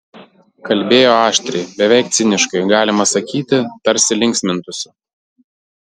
kalbėjo aštriai beveik ciniškai galima sakyti tarsi linksmintųsi